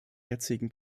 jetzigen